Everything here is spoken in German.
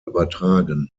übertragen